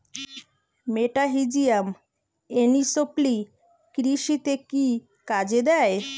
মেটাহিজিয়াম anisopliae কৃষিতে কি কাজে দেয়?